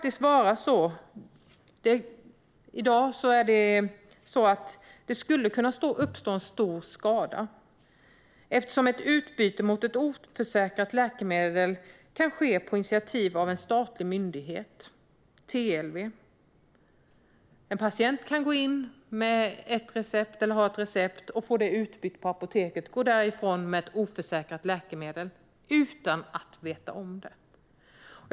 I dag skulle det kunna uppstå en stor skada, eftersom ett utbyte mot ett oförsäkrat läkemedel kan ske på initiativ av en statlig myndighet, TLV. En patient kan ha ett recept, få det utbytt på apoteket och gå därifrån med ett oförsäkrat läkemedel utan att veta om det.